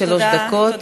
שלוש דקות.